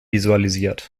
visualisiert